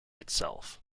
itself